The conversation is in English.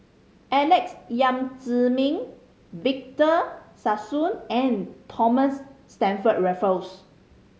Alex Yam Ziming Victor Sassoon and Thomas Stamford Raffles